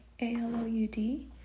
A-L-O-U-D